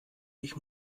ich